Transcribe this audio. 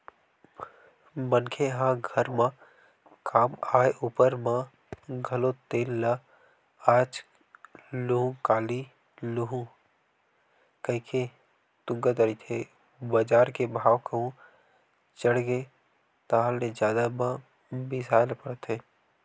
मनखे ह घर म काम आय ऊपर म घलो तेल ल आज लुहूँ काली लुहूँ कहिके तुंगत रहिथे बजार के भाव कहूं चढ़गे ताहले जादा म बिसाय ल परथे